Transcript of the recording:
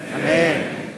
אמן.